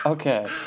Okay